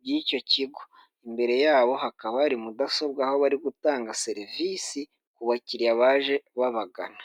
by'icyo kigo. Imbere yabo hakaba hari mudasobwa aho bari gutanga serivisi ku bakiriya baje babagana.